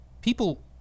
People